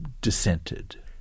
dissented